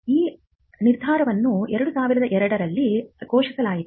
ಈ ನಿರ್ಧಾರವನ್ನು 2002 ರಲ್ಲಿ ಘೋಷಿಸಲಾಯಿತು